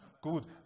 Good